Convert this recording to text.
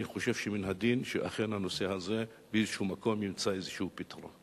אני חושב שמן הדין שאכן הנושא הזה באיזשהו מקום ימצא איזשהו פתרון.